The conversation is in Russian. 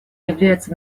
является